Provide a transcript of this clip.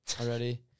already